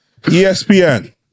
ESPN